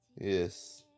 Yes